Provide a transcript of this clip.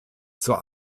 zur